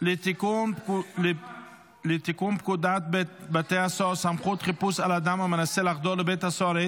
לתיקון פקודת בתי הסוהר (סמכות חיפוש על אדם המנסה לחדור לבית הסוהר),